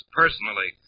personally